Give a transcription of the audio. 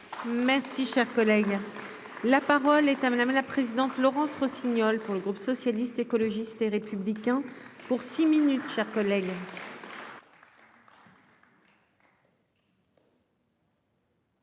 Merci, cher collègue, la parole est à madame la présidente, Laurence Rossignol pour le groupe socialiste, écologiste et républicain pour six minutes chers collègues.